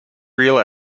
real